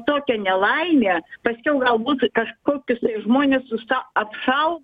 tokia nelaimė paskiau galbūt kažkokius žmones susta apšau